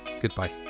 goodbye